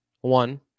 One